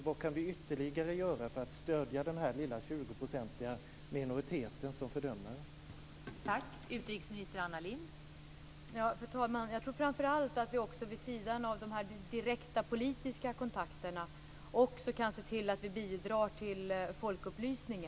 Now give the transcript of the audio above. Vad kan vi ytterligare göra för att stödja den lilla 20-procentiga minoritet som fördömer gjorda uttalanden?